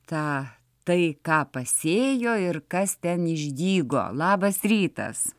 tą tai ką pasėjo ir kas ten išdygo labas rytas